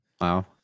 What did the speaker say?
Wow